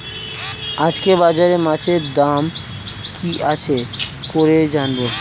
আজকে বাজারে মাছের দাম কি আছে কি করে জানবো?